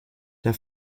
der